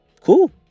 cool